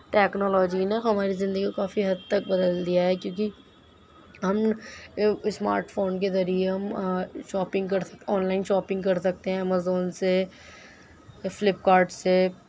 technology نے ہماری زندگی کافی حد تک بدل دیا ہے کیونکہ ہم اسمارٹ فون کے ذریعہ ہم شاپنگ کر آن لائن شاپنگ کر سکتے ہیں امیزون سے فلپ کارٹ سے